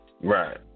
Right